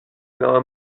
now